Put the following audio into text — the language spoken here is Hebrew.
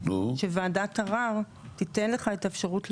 אני בדקתי את זה שוב אתמול מול הפרקליטות.